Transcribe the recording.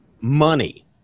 money